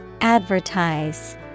Advertise